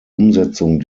umsetzung